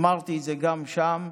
אמרתי את זה גם שם: